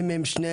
בשני